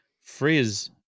Frizz